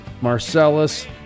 Marcellus